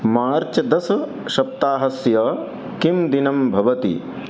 मार्च् दशसप्ताहस्य किं दिनं भवति